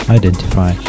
identify